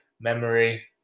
memory